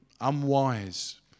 unwise